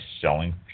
selling